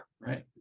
Right